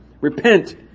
Repent